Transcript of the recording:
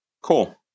cool